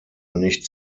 nicht